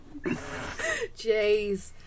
Jeez